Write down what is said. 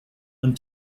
and